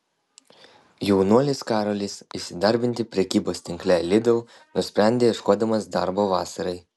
jaunuolis karolis įsidarbinti prekybos tinkle lidl nusprendė ieškodamas darbo vasarai